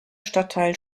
stadtteil